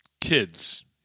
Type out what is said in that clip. kids